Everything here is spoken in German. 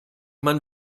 man